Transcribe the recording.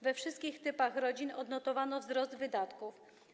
We wszystkich typach rodzin odnotowano wzrost wydatków.